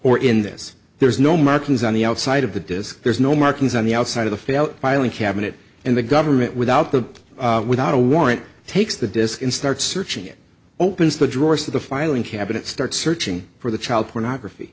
or in this there's no markings on the outside of the disk there's no markings on the outside of the filing cabinet and the government without the without a warrant takes the disk and start searching it opens the drawers of the filing cabinet start searching for the child pornography